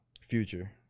Future